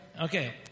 okay